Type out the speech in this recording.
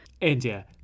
India